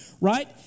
right